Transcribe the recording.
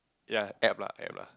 ya App lah App lah